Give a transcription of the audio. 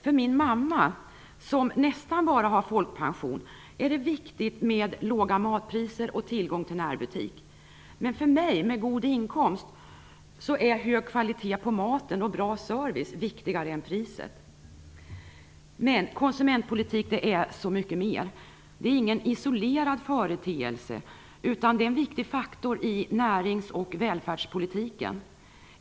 För min mamma, som nästan bara har folkpension, är det viktigt med låga matpriser och tillgång till en närbutik. Men för mig med en god inkomst är hög kvalitet på maten och bra service viktigare än priset. Men konsumentpolitik är så mycket mer. Det är ingen isolerad företeelse utan en viktig faktor i närings och välfärdspolitiken.